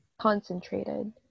concentrated